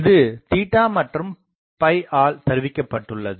இது மற்றும்ஆல் தருவிக்கப்பட்டுள்ளது